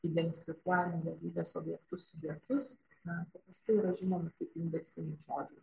identifikuojame realybės objektus subjektus na paprastai yra žinomi kaip indeksiniai žodžiai